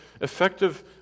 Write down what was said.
effective